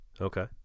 Okay